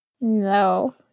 No